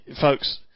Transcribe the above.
Folks